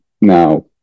now